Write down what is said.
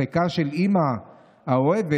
לחיקה של אימא האוהבת,